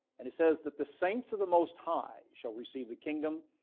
and it says that the saints of the most high shall receive the kingdom,